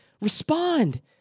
respond